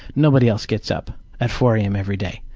nobody else gets up at four am every day.